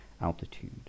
altitude